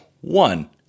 One